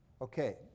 Okay